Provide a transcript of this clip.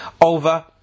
over